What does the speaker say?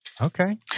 Okay